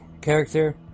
character